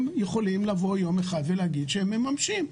הם יכולים לבוא יום אחד ולהגיד שהם מממשים.